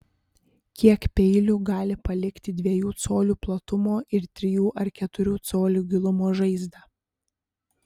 kiek peilių gali palikti dviejų colių platumo ir trijų ar keturių colių gilumo žaizdą